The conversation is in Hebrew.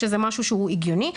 שזה משהו שהוא הגיוני.